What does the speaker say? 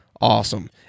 awesome